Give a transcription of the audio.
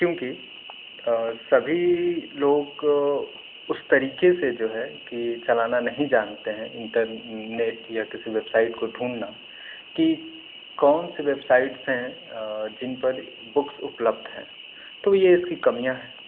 کیونکہ سبھی لوگ اس طریقے سے جو ہے کہ چلانا نہیں جانتے ہیں انٹرنیٹ یا کسی ویبسائٹ کو ڈھونڈنا کہ کون سے ویبسائٹس ہیں جن پر بکس اپلبدھ ہیں تو یہ اس کی کمیاں ہیں